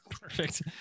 perfect